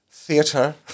Theatre